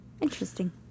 interesting